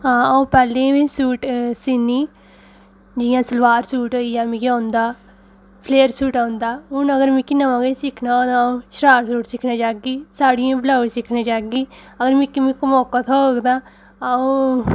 हां अ'ऊं पैह्ले बी सूट सीनी जियां सलवार सूट होई गेआ मिगी औंदा फ्लेयर सूट औंदा हून अगर मिगी नमां किश सिक्खना होऐ तां अ'ऊं शरारा सूट सिक्खना चाह्गी साड़ियें दे ब्लउज सिक्खना चाह्गी अगर मी इक मौका थोह्ग तां अ'ऊं